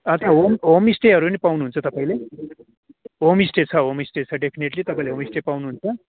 आच्छा होम् होम्स्टेहरू नि पाउनुहुन्छ तपाईँले होमस्टे होमस्टे छ डेफिनेट्ली तपाईँले होमस्टे पाउनुहुन्छ